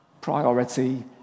priority